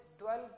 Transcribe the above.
12